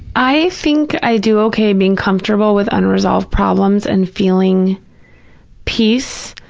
i think i do okay being comfortable with unresolved problems and feeling peace.